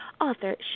author